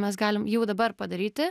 mes galim jau dabar padaryti